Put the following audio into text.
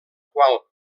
qual